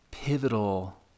Pivotal